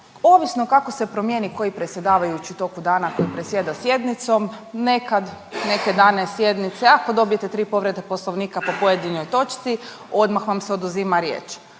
ovisno kako se promijeni koji predsjedavajući u toku dana koji predsjeda sjednicom, nekad neke dane sjednice ako dobijete 3 povrede Poslovnika po pojedinoj točci odmah vam se oduzima riječ.